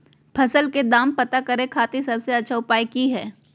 फसल के दाम पता करे खातिर सबसे अच्छा उपाय की हय?